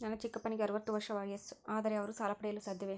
ನನ್ನ ಚಿಕ್ಕಪ್ಪನಿಗೆ ಅರವತ್ತು ವರ್ಷ ವಯಸ್ಸು, ಆದರೆ ಅವರು ಸಾಲ ಪಡೆಯಲು ಸಾಧ್ಯವೇ?